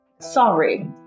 sorry